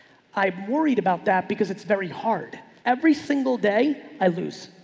i worried about that because it's very hard every single day i lose.